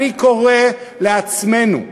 ואני קורא לעצמנו,